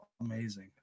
amazing